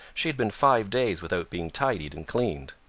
she had been five days without being tidied and cleaned.